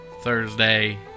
Thursday